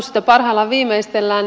sitä parhaillaan viimeistellään